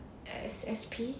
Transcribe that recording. S_S_P